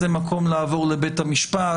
זה מקום לעבור לבית המשפט.